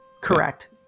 correct